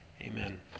amen